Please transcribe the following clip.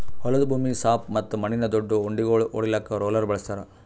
ಹೊಲದ ಭೂಮಿ ಸಾಪ್ ಮತ್ತ ಮಣ್ಣಿನ ದೊಡ್ಡು ಉಂಡಿಗೋಳು ಒಡಿಲಾಕ್ ರೋಲರ್ ಬಳಸ್ತಾರ್